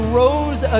rose